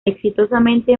exitosamente